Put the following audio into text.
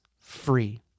free